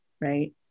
right